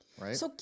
Right